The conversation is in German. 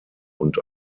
und